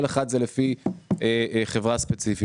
כל אחד זה לפי חברה ספציפית,